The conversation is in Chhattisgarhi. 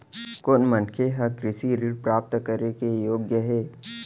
कोन मनखे ह कृषि ऋण प्राप्त करे के योग्य हे?